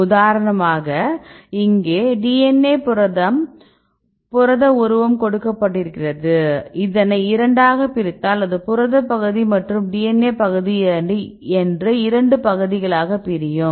உதாரணமாக இங்கே DNA புரத உருவம் கொடுக்கப்பட்டிருக்கிறது இதனை இரண்டாக பிரித்தால் அது புரத பகுதி மற்றும் DNA பகுதி என்று இரண்டு பகுதிகளாக பிரியும்